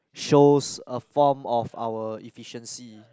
shows a form of our efficiency